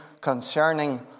concerning